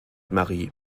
marie